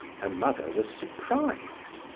her mother was surprised